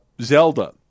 Zelda